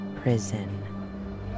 prison